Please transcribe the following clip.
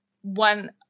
one